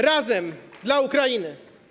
Razem dla Ukrainy!